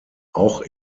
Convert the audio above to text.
auch